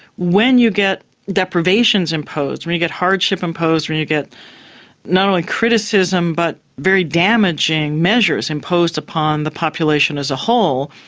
when you get deprivations imposed, when you get hardship imposed, when you get not only criticism but very damaging measures imposed upon the population as a whole,